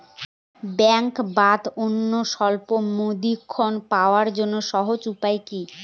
ব্যাঙ্কে বাদে অন্যত্র স্বল্প মেয়াদি ঋণ পাওয়ার জন্য সহজ উপায় কি?